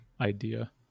idea